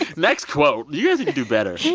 like next quote. you guys need to do better.